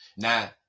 Now